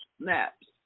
Snaps